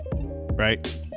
Right